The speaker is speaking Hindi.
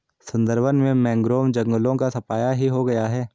सुंदरबन में मैंग्रोव जंगलों का सफाया ही हो गया है